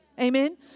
Amen